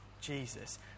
Jesus